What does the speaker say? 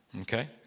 Okay